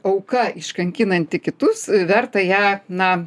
ir auka iš kankinanti kitus verta ją na